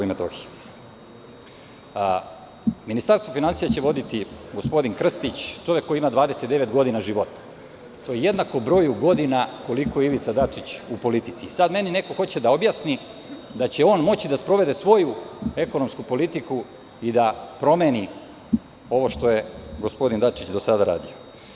Ministarstvo finansija će voditi gospodin Krstić, čovek koji ima 29 godina života, to je jednako broju godina koliko je Ivica Dačić u politici i sada će meni neko da objasni da će on moći da sprovede svoju ekonomsku politiku i da promeni ovo što je gospodin Dačić do sada radio.